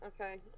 Okay